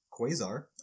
Quasar